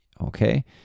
Okay